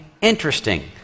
interesting